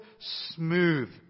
smooth